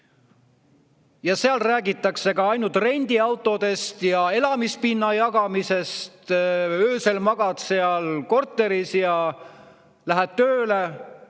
Seal räägitakse ainult rendiautodest ja elamispinna jagamisest. Öösel magad korteris ja siis lähed tööle,